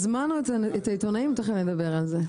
הזמנו את העיתונאים, תיכף נדבר על זה.